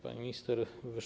Pani Minister!